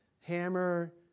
hammer